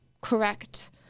correct